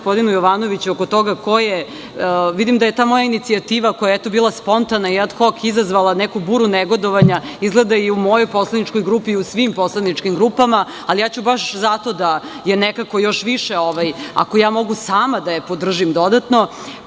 gospodinu Jovanoviću oko toga ko je, vidim da je ta moja inicijativa koja je eto bila spontana i ad hok izazvala neku buru negodovanja, izgleda da je i u mojoj poslaničkoj grupi i u svim poslaničkim grupama, ali ja ću baš zato da je nekako još više, ako ja mogu sama da je podržim dodatno. Znate